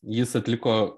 jis atliko